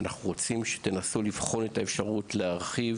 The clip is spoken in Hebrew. אנחנו רוצים שתנסו לבחון את האפשרות להרחיב